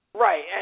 Right